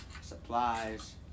supplies